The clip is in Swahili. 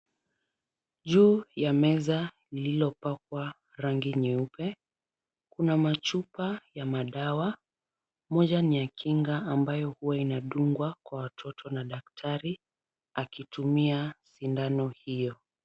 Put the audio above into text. Juu ya meza lililopakwa rangi nyeupe, kuna machupa ya madawa, moja ni ya kinga ambayo huwa inadungwa kwa watoto na daktari akitumia sindano hiyo.